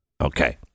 Okay